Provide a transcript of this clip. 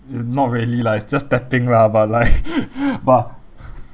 not really lah it's just tapping lah but like but